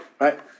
right